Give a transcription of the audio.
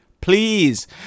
please